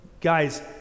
guys